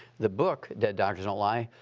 the book, dead doctors don't lie,